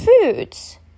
foods